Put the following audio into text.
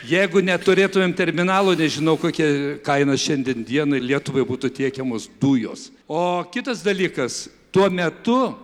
jeigu neturėtumėm terminalo nežinau kokia kaina šiandien dienai lietuvai būtų tiekiamos dujos o kitas dalykas tuo metu